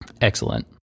excellent